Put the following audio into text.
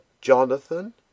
Jonathan